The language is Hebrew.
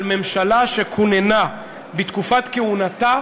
על ממשלה שכוננה בתקופת כהונתה